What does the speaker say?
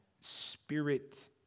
spirit